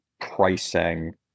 pricing